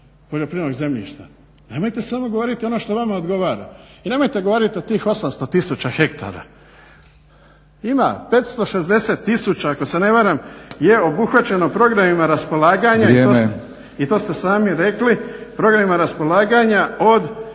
poljoprivrednog zemljišta. Nemojte samo govoriti ono što vama odgovara i nemojte govorit o tih 800 tisuća hektara. Ima 560 tisuća ako se ne varam je obuhvaćeno programima raspolaganja… … /Upadica Batinić: Vrijeme./… I to ste sami rekli, programima raspolaganja od